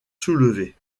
soulever